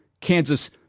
Kansas